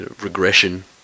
regression